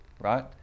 right